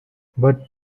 but